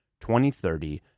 2030